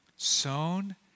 Sown